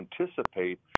anticipate